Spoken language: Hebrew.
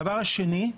הדבר השני,